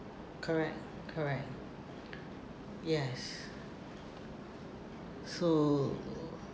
correct correct yes so mm